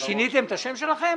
שיניתם את השם שלכם?